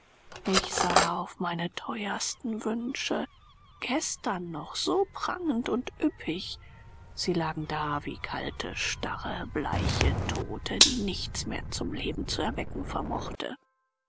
ich sah auf meine teuersten wünsche gestern noch so prangend und üppig sie lagen da wie kalte starre bleiche tote die nichts mehr zum leben zu erwecken vermochte